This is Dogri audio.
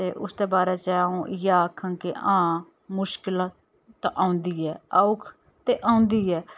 ते उसदै बारै च आ'ऊं इ'यै आखङ के हां मुश्कलां ते औंदी ऐ ते औक्ख ते औंदी ऐ